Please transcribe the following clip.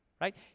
right